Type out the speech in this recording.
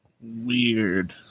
Weird